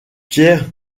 pierre